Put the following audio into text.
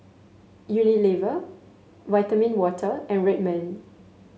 Unilever Vitamin Water and Red Man